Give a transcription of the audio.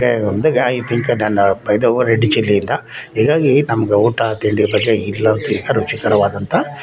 ಹೀಗಾಗಿ ನಮ್ದು ಊಟ ತಿಂಡಿ ಬಗ್ಗೆ ಇಲ್ಲಂತೂ ರುಚಿಕರವಾದಂಥ